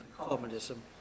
communism